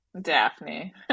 Daphne